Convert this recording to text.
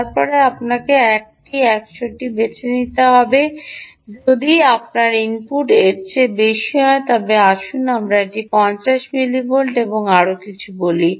তারপরে আপনাকে 1 টি 100 টি বেছে নিতে হবে যদি আপনার ইনপুট এর চেয়ে বেশি হয় তবে আসুন আমরা এটি 50 মিলিভোল্ট এবং আরও কিছু বলি